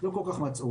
לא כל כך מצאו.